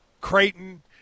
Creighton